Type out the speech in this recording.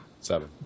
Seven